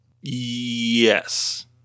Yes